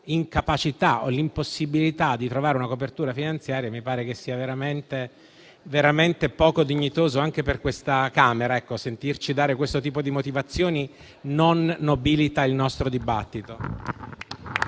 incapacità o all'impossibilità di trovare una copertura finanziaria mi pare che sia veramente poco dignitoso anche per questa Camera. Sentirci dare questo tipo di motivazioni non nobilita il nostro dibattito.